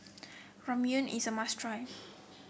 ramyeon is a must try